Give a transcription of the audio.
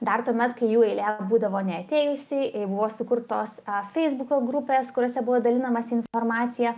dar tuomet kai jų eilė būdavo neatėjusi buvo sukurtos feisbuko grupės kuriose buvo dalinamasi informacija